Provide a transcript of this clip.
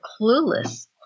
clueless